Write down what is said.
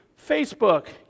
Facebook